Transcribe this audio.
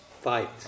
fight